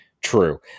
true